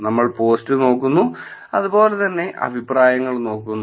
നമ്മൾ പോസ്റ്റ് നോക്കുന്നു അതുപോലെതന്നെ അഭിപ്രായങ്ങൾ നോക്കുന്നു